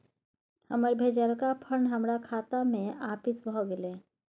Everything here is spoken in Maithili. हमर भेजलका फंड हमरा खाता में आपिस भ गेलय